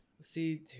See